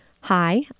hi